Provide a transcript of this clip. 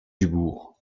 dubourg